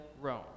Rome